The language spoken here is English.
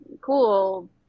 cool